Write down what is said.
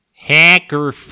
Hacker